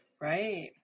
Right